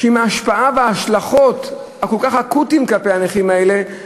עם ההשפעה וההשלכות הכל-כך אקוטיות כלפי הנכים האלה,